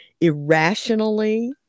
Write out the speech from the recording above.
irrationally